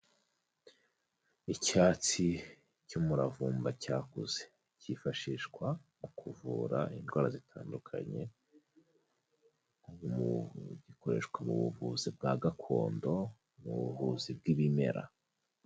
Icyatsi cy'umuravumba cyakuze cyifashishwa mu kuvura indwara zitandukanye, gikoreshwa mu buvuzi bwa gakondo, mu buvuzi bw'ibimera.